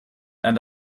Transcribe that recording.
and